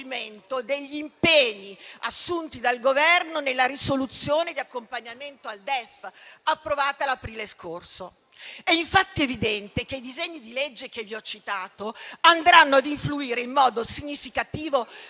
degli impegni assunti dal Governo nella risoluzione di accompagnamento al DEF approvata l'aprile scorso. È infatti evidente che i disegni di legge che vi ho citato andranno ad influire in modo significativo